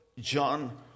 John